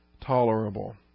tolerable